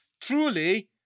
Truly